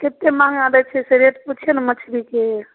कतेक महगा दै छै से रेट पुछिऔ ने मछ्लीके